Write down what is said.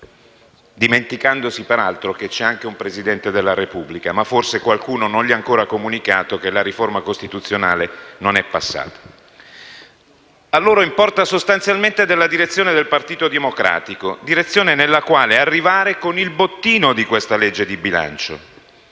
dimenticandosi peraltro che c'è anche un Presidente della Repubblica, ma forse qualcuno non gli ha ancora comunicato che la riforma costituzionale non è passata. A loro importa sostanzialmente della direzione del Partito Democratico, direzione nella quale arrivare con il bottino rappresentato dalla legge di bilancio.